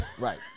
right